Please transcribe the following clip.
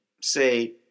say